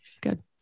Good